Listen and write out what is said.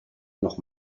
noch